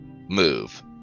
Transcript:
move